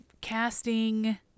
casting